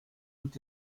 tout